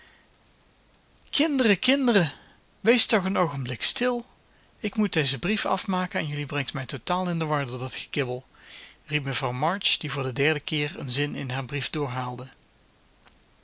kinderen kinderen wees toch een oogenblik stil ik moet dezen brief afmaken en jullie brengt mij totaal in de war door dat gekibbel riep mevrouw march die voor den derden keer een zin in haar brief